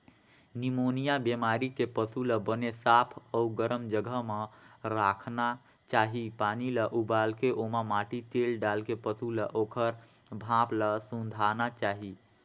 pneumonia बेमारी के पसू ल बने साफ अउ गरम जघा म राखना चाही, पानी ल उबालके ओमा माटी तेल डालके पसू ल ओखर भाप ल सूंधाना चाही